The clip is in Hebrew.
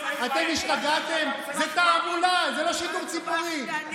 המשפט" ככה מכנים את הרפורמה המשפטית לתיקון המדיניות.